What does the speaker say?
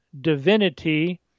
divinity